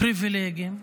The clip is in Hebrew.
פריבילגים,